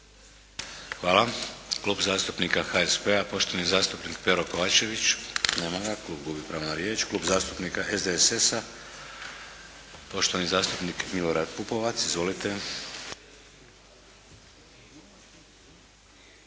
Hvala. Klub zastupnika HSP-a poštovani zastupnik Pero Kovačević. Nema ga. Klub gubi pravo na riječ. Klub zastupnika SDSS-a poštovani zastupnik Milorad Pupovac. Izvolite.